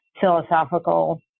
philosophical